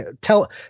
Tell